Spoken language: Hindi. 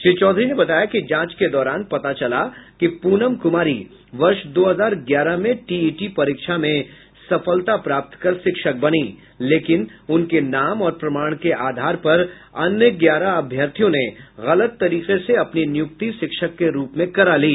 श्री चौधरी ने बताया कि जांच के दौरान पता चला की पूनम कुमारी वर्ष दो हजार ग्यारह में टीईटी परीक्षा में सफलता प्राप्त कर शिक्षक बनी लेकिन उनके नाम और प्रमाण के आधार पर अन्य ग्यारह अभ्यर्थियों ने गलत तरीके से अपनी नियुक्ति शिक्षक के रूप में करा ली